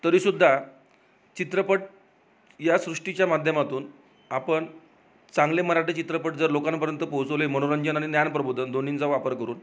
तरीसुद्धा चित्रपट या सृष्टीच्या माध्यमातून आपण चांगले मराठी चित्रपट जर लोकांपर्यंत पोचवले मनोरंजन आणि ज्ञानप्रबोधन दोन्हींचा वापर करून